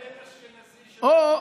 או,